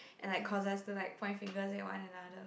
and like cause us to like point fingers at one another